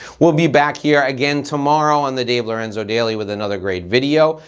we'll be back here again tomorrow on the dave lorenzo daily with another great video.